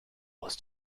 aus